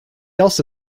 also